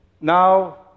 now